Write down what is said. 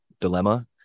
dilemma